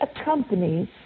accompanies